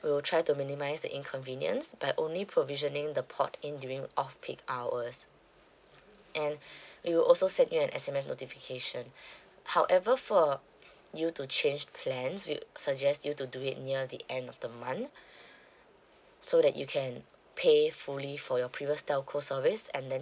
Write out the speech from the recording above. we will try to minimise the inconvenience but only provisioning the port in during off peak hours and we will also send you an sms notification however for you to change plans we suggest you to do it near the end of the month so that you can pay fully for your previous telco service and then